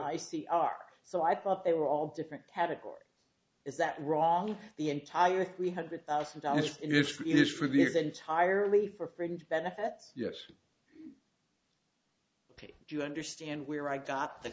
isey are so i thought they were all different categories is that wrong the entire three hundred thousand dollars if it is for the is entirely for fringe benefits yes do you understand where i got the